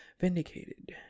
vindicated